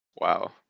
wow